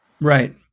Right